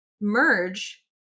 merge